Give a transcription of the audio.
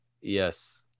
Yes